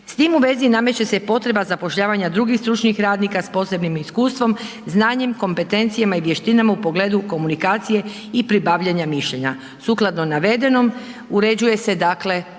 S tim u vezi nameće se potreba zapošljavanja drugih stručnih radnika s posebnim iskustvom, znanjem, kompetencijama i vještinama u pogledu komunikacije i pribavljanja mišljenja. Sukladno navedenom, uređuje se dakle